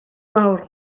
mawr